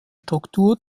struktur